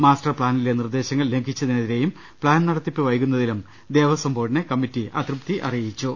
master പ്ലാനിലെ നിർദ്ദേശങ്ങൾ ലംഘി ച്ചതിനെതിരെയും പ്താൻ നടത്തിപ്പ് വൈകുന്നതിലും ദേവസം ബോർഡിനെ കമ്മിറ്റി അതൃപ്തി അറിയിച്ചു